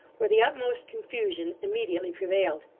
where the utmost confusion immediately prevailed.